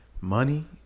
Money